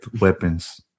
weapons